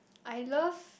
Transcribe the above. I love